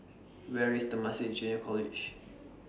Where IS Temasek Junior College